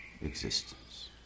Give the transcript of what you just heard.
existence